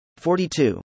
42